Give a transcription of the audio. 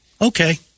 Okay